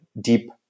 deep